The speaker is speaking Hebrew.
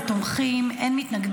ההצעה